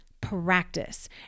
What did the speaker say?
practice